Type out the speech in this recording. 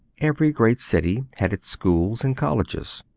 every great city had its schools and colleges.